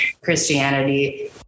Christianity